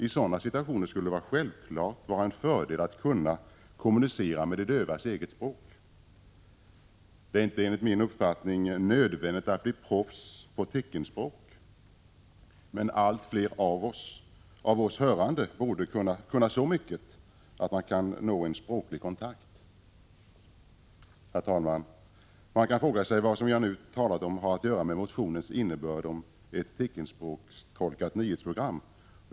I sådana situationer skulle det självfallet vara en fördel att kunna kommunicera på de dövas eget språk. Det är inte enligt min uppfattning nödvändigt att bli proffs på teckenspråk, men allt fler av oss hörande borde kunna så mycket att man kan nå en språklig kontakt. Herr talman! Man kan fråga sig vad det som jag nu talat om har att göra med motionens innebörd om ett teckenspråkstolkat nyhetsprogram.